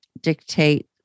dictate